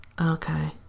Okay